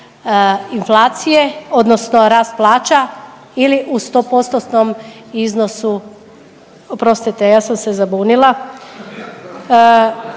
inflacije odnosno rast plaća ili u 100%-tnom iznosu, oprostite, ja sam se zabunila,